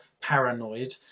paranoid